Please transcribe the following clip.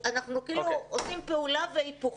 אנחנו כאילו עושים פעולה והיפוכה.